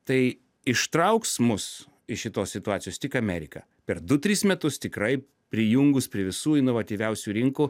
tai ištrauks mus iš šitos situacijos tik amerika per du tris metus tikrai prijungus prie visų inovatyviausių rinkų